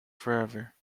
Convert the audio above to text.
forever